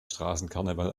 straßenkarneval